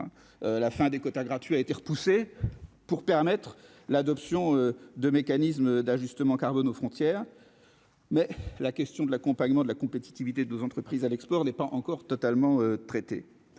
la fin des quotas gratuits a été repoussée, pour permettre l'adoption de mécanismes d'ajustement carbone aux frontières, mais la question de l'accompagnement de la compétitivité de nos entreprises à l'export, n'est pas encore totalement traiter